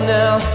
now